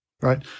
Right